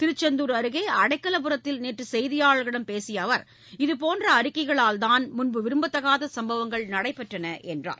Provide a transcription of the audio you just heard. திருச்செந்தூர் அருகே அடைக்கலபுரத்தில் நேற்று செய்தியாளர்களிடம் பேசிய அவர் இதபோன்ற அறிக்கைகளால்தான் முன்பு விரும்பத்தகாத சம்பவங்கள் நடைபெற்றது என்றார்